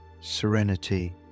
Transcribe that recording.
serenity